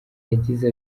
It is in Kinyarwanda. yagize